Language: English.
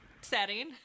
setting